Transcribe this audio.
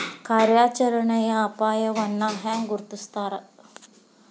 ಕಾರ್ಯಾಚರಣೆಯ ಅಪಾಯವನ್ನ ಹೆಂಗ ಗುರ್ತುಸ್ತಾರ